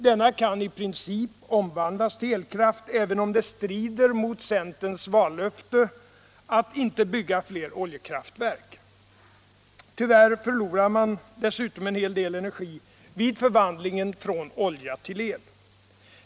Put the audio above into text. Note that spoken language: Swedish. Denna kan i princip omvandlas till elkraft, även om det strider mot centerns vallöfte att inte bygga fler oljekraftverk. Tyvärr förlorar man dessutom en hel del energi vid förvandlingen från olja till el.